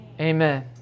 amen